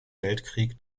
weltkrieg